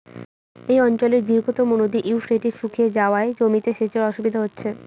এই অঞ্চলের দীর্ঘতম নদী ইউফ্রেটিস শুকিয়ে যাওয়ায় জমিতে সেচের অসুবিধে হচ্ছে